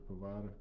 provider